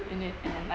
in it and like